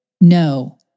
No